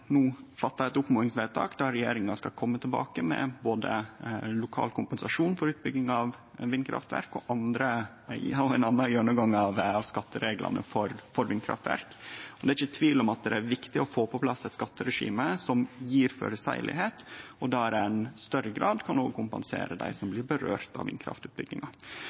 no gjer eit oppmodingsvedtak, der regjeringa skal kome tilbake med både lokal kompensasjon for utbygging av vindkraftverk og ha ein gjennomgang av skattereglane for vindkraftverk. Det er ikkje tvil om at det er viktig å få på plass eit skatteregime som er føreseieleg, og der ein i større grad kan kompensere dei som blir råka av